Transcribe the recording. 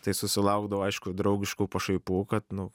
tai susilaukdavau aišku draugiškų pašaipų kad nu